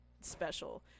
special